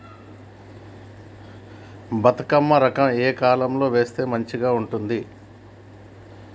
బతుకమ్మ రకం ఏ కాలం లో వేస్తే మంచిగా ఉంటది?